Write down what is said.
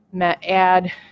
add